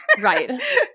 Right